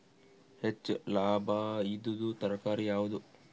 ಹೆಚ್ಚು ಲಾಭಾಯಿದುದು ತರಕಾರಿ ಯಾವಾದು?